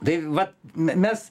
tai vat me mes